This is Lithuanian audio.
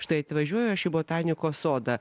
štai atvažiuoju aš į botanikos sodą